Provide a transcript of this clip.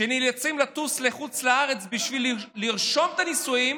מי שנאלצים לטוס לחוץ לארץ בשביל לרשום את הנישואים,